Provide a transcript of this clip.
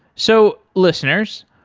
so, listeners,